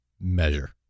measure